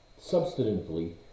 substantively